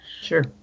Sure